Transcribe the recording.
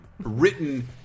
Written